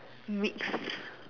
mixed